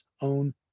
own